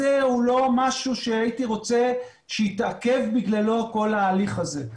הוא לא משהו שהייתי רוצה שבגללו יתעכב כל ההליך הזה.